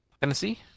Tennessee